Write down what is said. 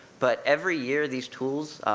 but every year, these tools,